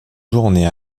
journée